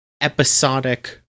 episodic